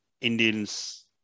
Indians